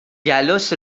gallows